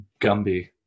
Gumby